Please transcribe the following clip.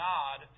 God